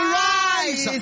rise